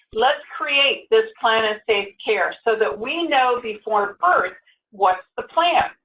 let's create this plan of safe care so that we know before birth what's the plan.